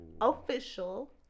Official